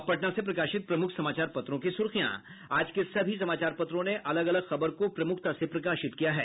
अब पटना से प्रकाशित प्रमुख समाचार पत्रों की सुर्खियां आज के सभी समाचार पत्रों ने अलग अलग खबर को प्रमूखता से प्रकाशित किया है